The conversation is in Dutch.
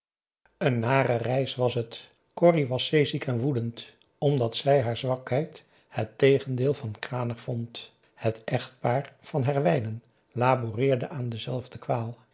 een nare reis was het corrie was zeeziek en woedend omdat zij haar zwakheid het tegendeel van kranig vond het echtpaar van herwijnen laboreerde aan dezelfde kwaal